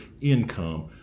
income